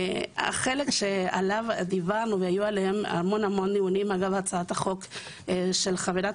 חלק שעליו דיברנו והיו עליו הרבה דיונים אגב הצעת החוק של חברת